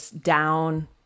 down